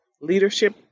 leadership